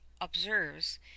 observes